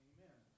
Amen